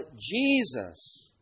Jesus